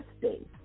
testing